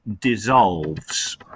dissolves